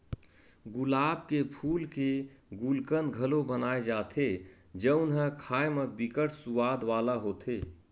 गुलाब के फूल के गुलकंद घलो बनाए जाथे जउन ह खाए म बिकट सुवाद वाला होथे